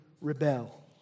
rebel